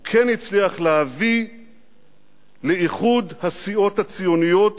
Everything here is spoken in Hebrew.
הוא כן הצליח להביא לאיחוד הסיעות הציוניות